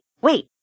wait